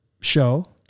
show